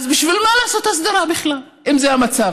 אז בשביל מה בכלל לעשות הסדרה אם זה המצב?